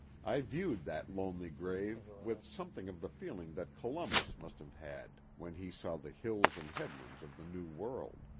i viewed that lonely grave with something of the feeling that columbus must have had when he saw the hills and headlands of the new world.